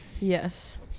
Yes